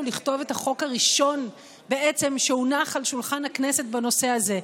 לכתוב את החוק הראשון בעצם שהונח על שולחן הכנסת בנושא הזה.